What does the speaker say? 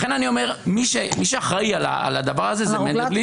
לכן אני אומר שמי שאחראי על הדבר הזה זה מנדלבליט,